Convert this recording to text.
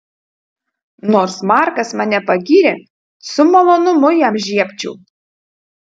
nors markas mane pagyrė su malonumu jam žiebčiau